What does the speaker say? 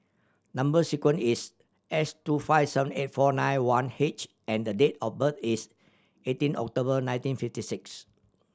number sequence is S two five seven eight four nine one H and the date of birth is eighteen October nineteen fifty six